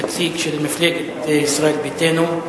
נציג של מפלגת ישראל ביתנו,